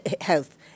health